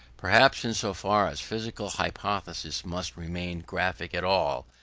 perhaps, in so far as physical hypotheses must remain graphic at all,